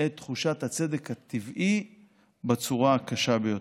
את תחושת הצדק הטבעי בצורה הקשה ביותר.